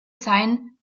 seien